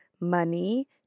money